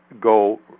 go